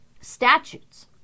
statutes